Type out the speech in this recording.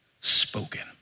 spoken